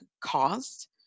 caused